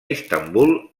istanbul